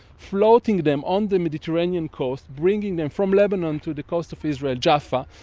floating them on the mediterranean coast, bringing them from lebanon to the coast of israel, jaffa,